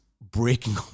breaking